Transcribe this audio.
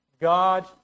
God